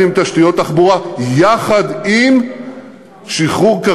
יחד עם תשתיות תחבורה,